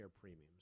premiums